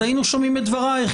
אז היינו שומעים את דברייך,